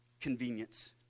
Convenience